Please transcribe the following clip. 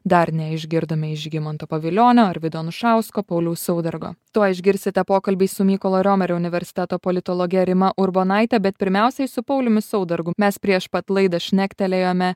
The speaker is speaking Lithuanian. dar neišgirdome iš žygimanto pavilionio arvydo anušausko pauliaus saudargo tuoj išgirsite pokalbį su mykolo riomerio universiteto politologe rima urbonaite bet pirmiausiai su pauliumi saudargu mes prieš pat laidą šnektelėjome